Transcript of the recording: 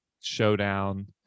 showdown